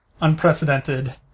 unprecedented